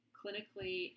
clinically